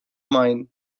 mine